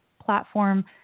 platform